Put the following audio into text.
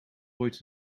ooit